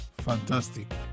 fantastic